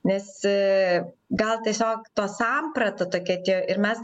nes gal tiesiog to samprata tokia tie ir mes